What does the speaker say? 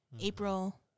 April